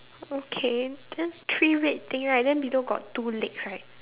okay then three red thing right then below got two legs right